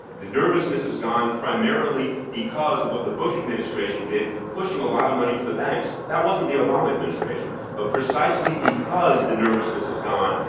the nervousness is gone primarily because of what the bush administration did, pushing a lot of money to the banks. that wasn't the obama administration. but precisely because the nervousness is gone,